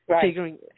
figuring